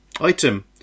Item